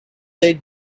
they